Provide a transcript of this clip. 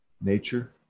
nature